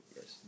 Yes